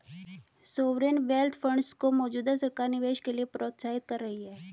sovereign wealth funds को मौजूदा सरकार निवेश के लिए प्रोत्साहित कर रही है